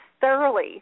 thoroughly